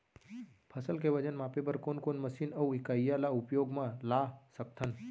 फसल के वजन मापे बर कोन कोन मशीन अऊ इकाइयां ला उपयोग मा ला सकथन?